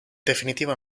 definitiva